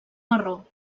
marró